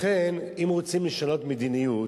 לכן, אם רוצים לשנות מדיניות,